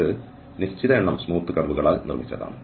ഇത് നിശ്ചിത എണ്ണം സ്മൂത്ത് കർവുകളാൽ നിർമ്മിച്ചതാണ്